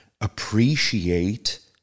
appreciate